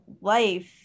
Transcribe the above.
life